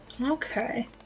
Okay